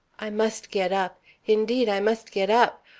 i must get up indeed i must get up.